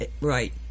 Right